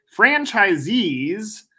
Franchisees